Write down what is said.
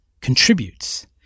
contributes